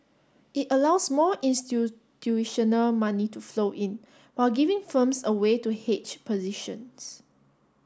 it allows more institutional money to flow in while giving firms a way to hedge positions